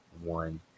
one